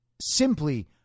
simply